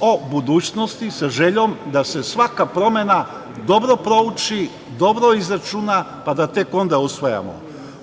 o budućnosti sa željom da se svaka promena dobro prouči, dobro izračuna pa da tek onda usvajamo.